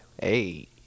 Hey